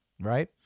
right